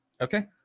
Okay